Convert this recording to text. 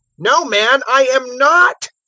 no, man, i am not,